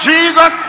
Jesus